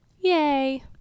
Yay